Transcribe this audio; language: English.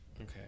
Okay